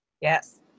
yes